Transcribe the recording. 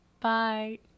Bye